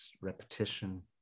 repetition